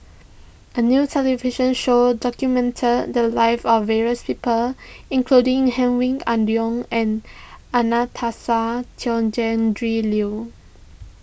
a new television show documented the lives of various people including Hedwig Anuar and Anastasia Liew